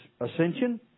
ascension